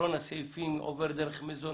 אחרון הסעיפים, עובר דרך מזונות,